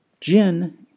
gin